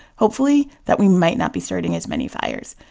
hopefully, that we might not be starting as many fires.